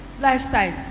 lifestyle